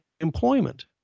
employment